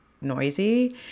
noisy